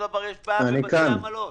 נמצאים איתנו